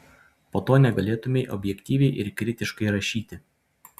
po to negalėtumei objektyviai ir kritiškai rašyti